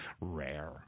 rare